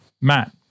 Matt